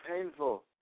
painful